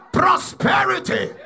prosperity